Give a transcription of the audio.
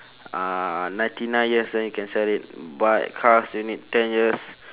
uh ninety nine years then you can sell it but cars you need ten years